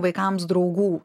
vaikams draugų